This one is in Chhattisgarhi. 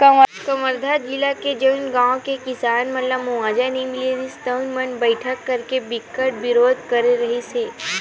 कवर्धा जिला के जउन गाँव के किसान मन ल मुवावजा नइ मिलिस तउन मन बइठका करके बिकट बिरोध करे रिहिस हे